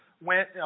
went